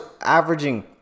averaging